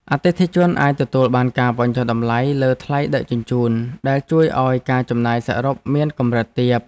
អតិថិជនអាចទទួលបានការបញ្ចុះតម្លៃលើថ្លៃដឹកជញ្ជូនដែលជួយឱ្យការចំណាយសរុបមានកម្រិតទាប។